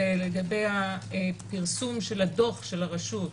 לגבי פרסום דוח הרשות,